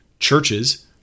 churches